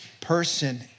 person